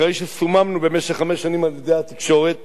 אחרי שסוממנו במשך חמש שנים על-ידי התקשורת